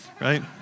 right